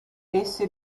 essi